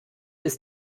ist